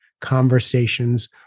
conversations